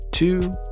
Two